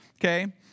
Okay